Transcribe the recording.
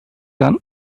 done